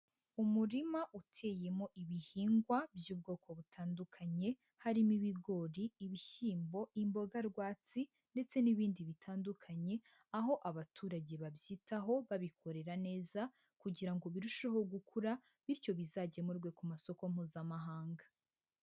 Umurima uteyemo ibihingwa by'ubwoko butandukanye, harimo ibigori, ibishyimbo, imboga rwatsi ndetse n'ibindi bitandukanye, aho abaturage babyitaho babikorera neza kugira ngo birusheho gukura bityo bizagemurwe ku masoko mpuzamahanga.